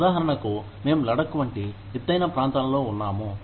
ఉదాహరణకు మేము లడక్ వంటి ఎత్తైన ప్రాంతాలలో ఉన్నాము